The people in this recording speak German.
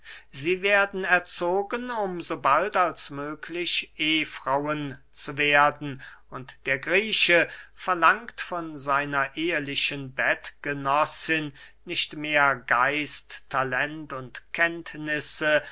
sie werden erzogen um so bald als möglich ehefrauen zu werden und der grieche verlangt von seiner ehelichen bettgenossin nicht mehr geist talente und kenntnisse